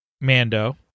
Mando